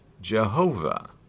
Jehovah